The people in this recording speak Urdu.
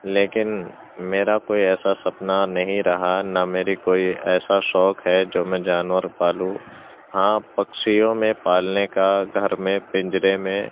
لیکن میرا کوئی ایسا سپنا نہیں رہا نہ میری کوئی ایسا شوق ہے جو میں جانور پالوں ہاں پکچھیوں میں پالنے کا گھر میں پنجرے میں